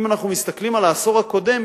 אם אנחנו מסתכלים על העשור הקודם,